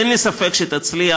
אין לי ספק שתצליח.